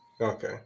Okay